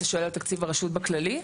אתה שואל על תקציב הרשות בכללי?